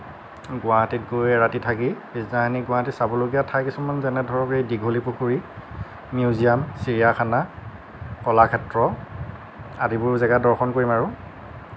গুৱাহাটীত গৈ এৰাতি থাকি পিছদিনাখনি গুৱাহাটীৰ চাবলগীয়া ঠাই কিছুমান যেনে ধৰক এই দীঘলীপুখুৰী মিউজিয়াম চিৰিয়াখানা কলাক্ষেত্ৰ আদিবোৰ জেগা দৰ্শন কৰিম আৰু